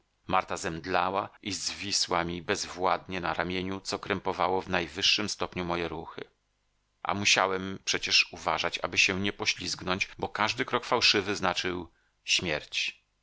marta zemdlała i zwisła mi bezwładnie na ramieniu co krępowało w najwyższym stopniu moje ruchy a musiałem przecież uważać aby się nie poślizgnąć bo każdy krok fałszywy znaczył śmierć